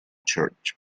church